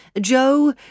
Joe